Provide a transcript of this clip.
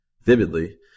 vividly